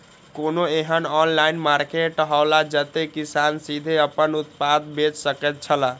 कोनो एहन online market हौला जते किसान सीधे आपन उत्पाद बेच सकेत छला?